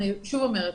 אני שוב אומרת,